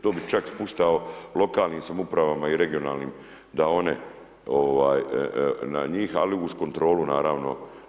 To bi čak spuštao lokalnim samoupravama i regionalnim da one na njih, ali uz kontrolu naravno.